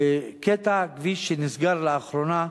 קטע כביש שנסגר לאחרונה,